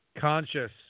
conscious